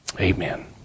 Amen